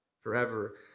forever